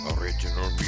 Original